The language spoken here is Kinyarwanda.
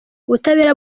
ubutabera